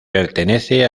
pertenece